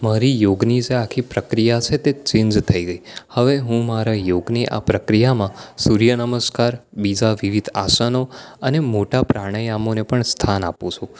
મારી યોગની જે આખી પ્રક્રિયા છે તે ચેન્જ થઇ ગઈ હવે હુ મારા યોગની આ પ્રક્રિયામાં સૂર્યનમસ્કાર બીજા વિવિધ આસનો અને મોટા પ્રાણાયામોને પણ સ્થાન આપું છું